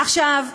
עכשיו,